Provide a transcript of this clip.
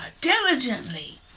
diligently